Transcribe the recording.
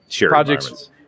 projects